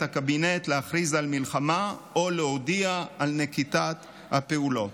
הקבינט להכריז על מלחמה או להודיע על נקיטת הפעולות.